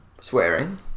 Swearing